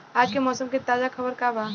आज के मौसम के ताजा खबर का बा?